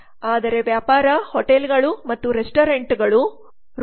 ಆದರೆ ವ್ಯಾಪಾರ ಹೋಟೆಲ್ಗಳು ಮತ್ತು ರೆಸ್ಟೋರೆಂಟ್ಗಳ ರೂಪದಲ್ಲಿ ಸೇವೆಗಳು 9